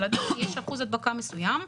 אבל עדיין יש אחוז הדבקה מסוים.